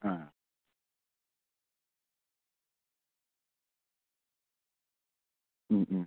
ആ മ് മ്